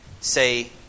say